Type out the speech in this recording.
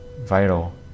vital